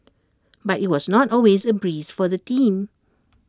but IT was not always A breeze for the team